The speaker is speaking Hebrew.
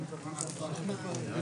ננעלה בשעה 14:05.